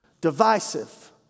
divisive